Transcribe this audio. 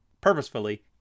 purposefully